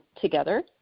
together